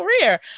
career